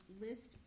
list